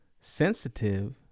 sensitive